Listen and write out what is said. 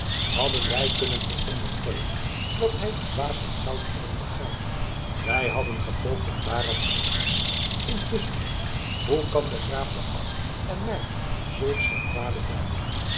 hadden wij kunnen veronderstellen dat hij die dwaasheid zoude hebben begaan wij hadden gepoogd hem daaraf te brengen intusschen hoe kan de graaf den abt en mij zulks ten kwade duiden